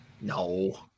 No